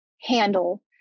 handle